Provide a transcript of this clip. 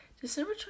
December